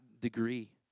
degree